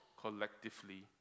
collectively